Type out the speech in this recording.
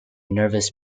nervous